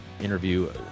interview